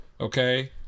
okay